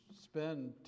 spend